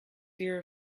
fear